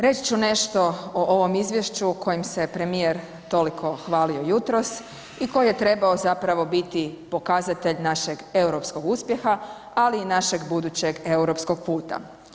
Reći ću nešto o ovom izvješću o kojem se premijer toliko hvalio jutros i koji je trebao zapravo biti pokazatelj našeg europskog uspjeha, ali i našeg budućeg europskog puta.